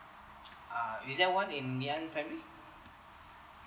uh is there one ngee ann primary